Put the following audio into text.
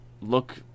look